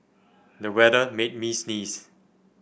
the weather made me sneeze